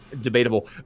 debatable